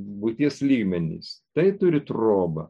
būties lygmenys tai turi trobą